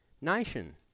nation